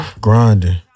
grinding